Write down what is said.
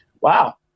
Wow